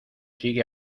sigue